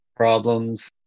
Problems